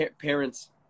parents